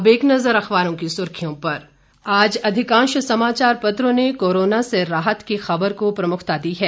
अब एक नजर अखबारों की सुर्खियों पर आज अधिकांश समाचार पत्रों ने कोरोना से राहत की खबर को प्रमुखता दी है